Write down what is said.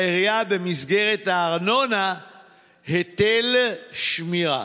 בקניון וגם משלם לעירייה במסגרת הארנונה היטל שמירה.